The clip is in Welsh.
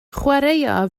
chwaraea